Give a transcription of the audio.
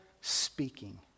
speaking